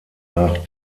nach